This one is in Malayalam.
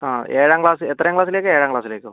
ആ ഏഴാം ക്ലാസ് എത്രാം ക്ലാസ്സിലേക്കാണ് ഏഴാം ക്ലാസ്സിലേക്കോ